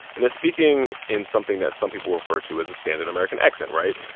and they're speaking in something that some people refer to as the standard american accent, right?